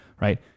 right